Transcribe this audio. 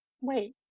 wait